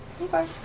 Okay